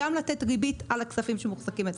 גם לתת ריבית על הכספים שמוחזקים אצלו.